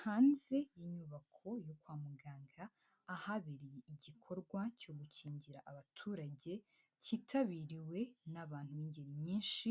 Hanze y'inyubako yo kwa muganga ahabereye igikorwa cyo gukingira abaturage kitabiriwe n'abantu b'ingeri nyinshi